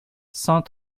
cent